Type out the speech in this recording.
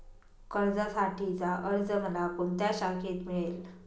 कर्जासाठीचा अर्ज मला कोणत्या शाखेत मिळेल?